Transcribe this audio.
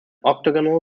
octagonal